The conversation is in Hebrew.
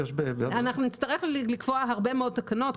נצטרך לקבוע הרבה מאוד תקנות,